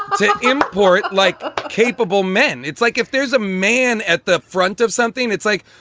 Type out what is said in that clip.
to import like capable men it's like if there's a man at the front of something that's like,